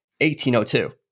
1802